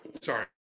sorry